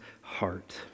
heart